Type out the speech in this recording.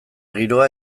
giroa